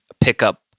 pickup